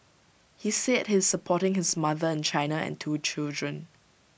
he said he is supporting his mother in China and two children